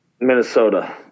Minnesota